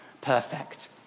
perfect